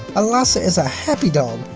a lhasa is a happy dog,